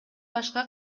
башка